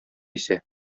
исә